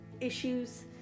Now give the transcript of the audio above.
issues